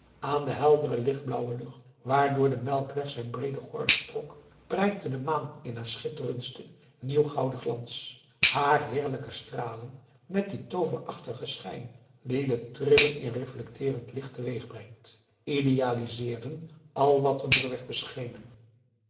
aan de heldere lichtblauwe lucht waardoor de melkweg zijn breeden gordel trok prijkte de maan in haar schitterendsten nieuw gouden glans haar heerlijke stralen met dien tooverachtigen schijn die de trilling in reflecteerend licht teweegbrengt idealiseerden al wat er door werd beschenen